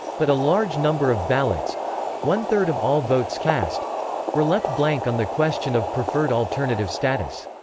but a large number of ballots one-third of all votes cast were left blank on the question of preferred alternative status.